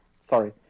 sorry